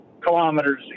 kilometers